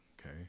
okay